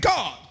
God